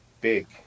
big